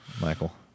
Michael